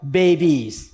babies